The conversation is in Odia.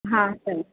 ହଁ